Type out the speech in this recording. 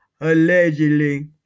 allegedly